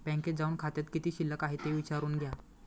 बँकेत जाऊन खात्यात किती शिल्लक आहे ते विचारून घ्या